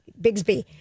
Bigsby